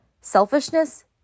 selfishness